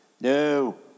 No